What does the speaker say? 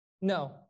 No